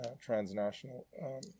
transnational